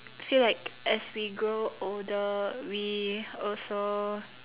feel like as we grow older we also